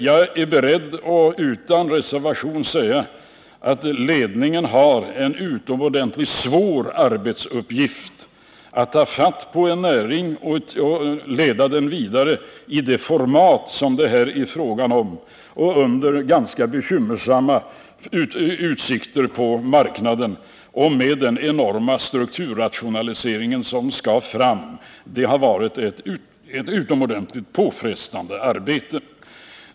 Jag är beredd att utan reservation säga att ledningen har haft en utomordentligt svår arbetsuppgift när det gäller att ta fatt på och leda vidare en näring av det format som det här är fråga om och under ganska bekymmersamma utsikter på marknaden samtidigt som man haft kravet på att denna enorma strukturrationalisering skall genomföras. Det har varit ett utomordentligt påfrestande arbete.